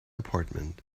apartment